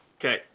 Okay